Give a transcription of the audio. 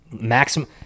maximum